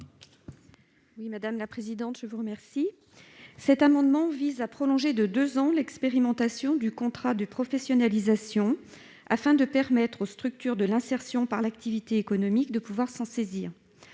à Mme Martine Berthet. Cet amendement vise à prolonger de deux ans l'expérimentation du contrat de professionnalisation, afin de permettre aux structures de l'insertion par l'activité économique de s'en saisir.